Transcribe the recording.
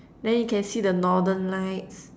then you can see the northern-lights